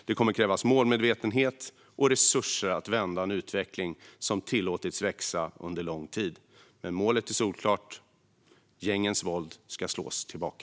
Det kommer att krävas målmedvetenhet och resurser för att vända en utveckling som tillåtits pågå under lång tid, men målet är solklart: Gängens våld ska slås tillbaka.